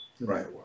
Right